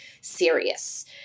serious